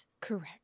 Correct